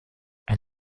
ein